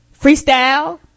Freestyle